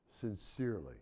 sincerely